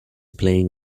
playing